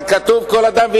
אבל כתוב כל אדם,